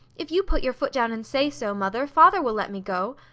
if you put your foot down and say so, mother, father will let me go.